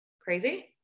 crazy